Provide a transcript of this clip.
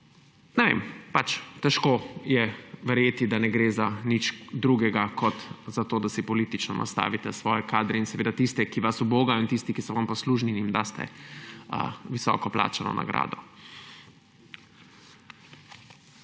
težko je verjeti, da ne gre za nič drugega kot za to, da si politično nastavite svoje kadre. In seveda tistim, ki vas ubogajo, in tistim, ki so vam služni, jim daste visoko plačano nagrado.